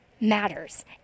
matters